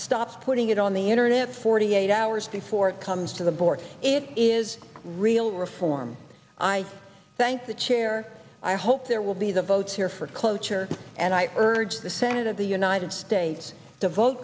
stop putting it on the internet forty eight hours before it comes to the board it is real reform i thank the chair i hope there will be the votes here for cloture and i urge the senate of the united states to vote